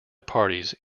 parties